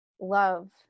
love